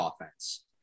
offense